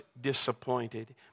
disappointed